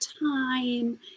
time